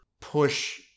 push